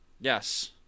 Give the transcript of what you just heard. Yes